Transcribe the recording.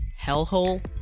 hellhole